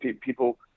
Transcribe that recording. people